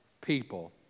people